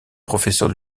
professeur